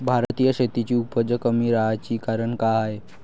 भारतीय शेतीची उपज कमी राहाची कारन का हाय?